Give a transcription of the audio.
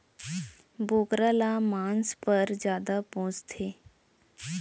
बोकरा ल मांस पर जादा पोसथें